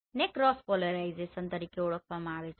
ને cross polarisation તરીકે ઓળખવામાં આવે છે